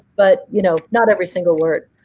but you know not every single word.